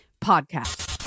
Podcast